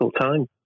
time